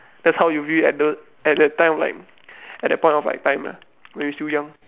that's how you feel at the at that time like at that point of like time ah when you still young